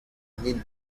ganin